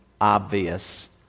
obvious